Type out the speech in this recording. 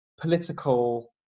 political